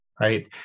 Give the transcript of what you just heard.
Right